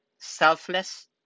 selfless